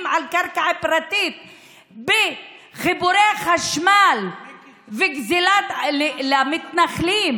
על קרקע פרטית בחיבורי חשמל וגזלת המתנחלים